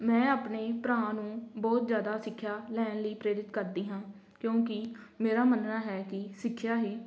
ਮੈਂ ਆਪਣੇ ਭਰਾ ਨੂੰ ਬਹੁਤ ਜ਼ਿਆਦਾ ਸਿੱਖਿਆ ਲੈਣ ਲਈ ਪ੍ਰੇਰਿਤ ਕਰਦੀ ਹਾਂ ਕਿਉਂਕਿ ਮੇਰਾ ਮੰਨਣਾ ਹੈ ਕਿ ਸਿੱਖਿਆ ਹੀ